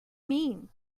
mean